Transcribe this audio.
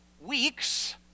weeks